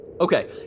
Okay